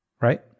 right